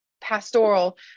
pastoral